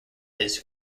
his